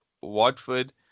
Watford